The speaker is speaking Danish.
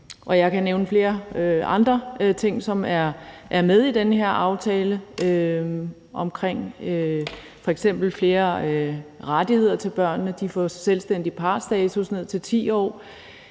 jeg kan nævne flere andre ting, som er med i den her aftale, f.eks. flere rettigheder til børnene, som får selvstændig partsstatus ned til 10 år;